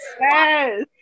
Yes